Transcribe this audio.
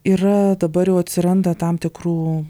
yra dabar jau atsiranda tam tikrų